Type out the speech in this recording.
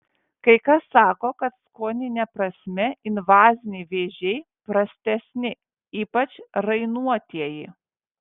kai kas sako kad skonine prasme invaziniai vėžiai prastesni ypač rainuotieji